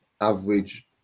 average